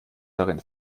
darin